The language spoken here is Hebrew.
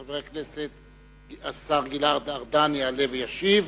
חבר הכנסת השר גלעד ארדן, יעלה וישיב.